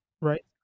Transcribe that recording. Right